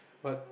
but